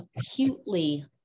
acutely